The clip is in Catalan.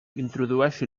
introdueixi